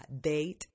date